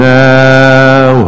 now